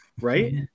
right